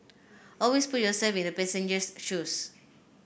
always put yourself in the passenger's shoes